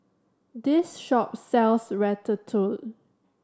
this shop sells Ratatouille